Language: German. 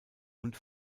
und